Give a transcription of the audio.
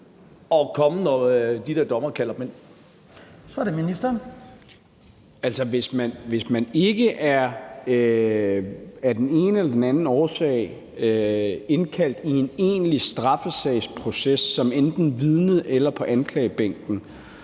hvis man ikke af den ene eller den anden årsag er indkaldt i en egentlig straffesagsproces som enten vidne eller på anklagebænken